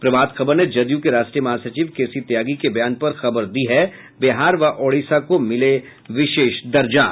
प्रभात खबर ने जदयू के राष्ट्रीय महासचिव के सी त्यागी के बयान पर खबर दी है बिहार व ओडिशा को मिले विशेष दर्जा